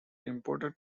imported